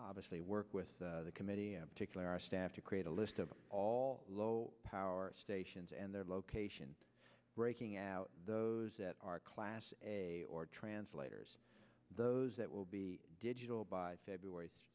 obviously work with the committee particular our staff to create a list of all low power stations and their location breaking out those that are class or translators those that will be digital by february